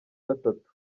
gatatu